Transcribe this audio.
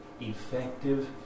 effective